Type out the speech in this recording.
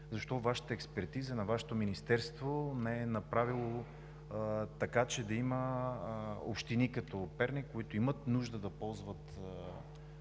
защо Вашата експертиза, на Вашето министерство не е направила така, че да има общини като Перник, които имат нужда да ползват